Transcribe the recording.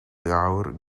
hour